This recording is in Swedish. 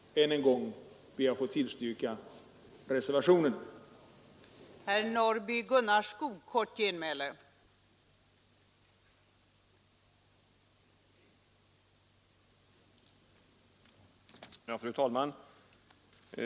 Än en gång ber jag att få yrka bifall till utskottets hemställan.